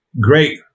great